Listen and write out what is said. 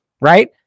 right